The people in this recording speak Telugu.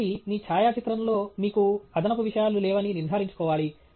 కాబట్టి మీ ఛాయాచిత్రంలో మీకు అదనపు విషయాలు లేవని నిర్ధారించుకోవాలి